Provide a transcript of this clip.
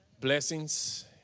blessings